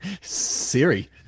Siri